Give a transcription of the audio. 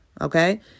okay